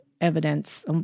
evidence